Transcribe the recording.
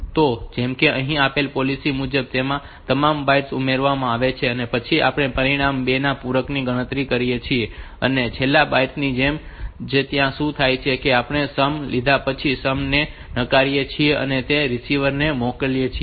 તો જેમ કે અહીં આપેલ પોલિસી મુજબ તેમાં તમામ બાઇટ ઉમેરવામાં આવે છે અને પછી આપણે પરિણામ 2 ના પૂરકની ગણતરી કરીએ છીએ અને છેલ્લા બાઇટ ની જેમ જ ત્યારે શું થાય છે કે આપણે સમ લીધા પછી સમ ને નકારીએ છીએ અને તેને રીસીવર ને મોકલીએ છીએ